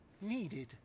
needed